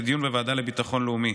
לדיון בוועדה לביטחון לאומי.